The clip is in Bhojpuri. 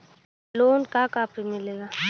लोन का का पे मिलेला?